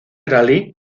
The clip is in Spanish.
rally